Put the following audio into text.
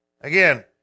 Again